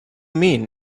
mean